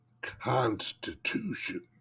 Constitution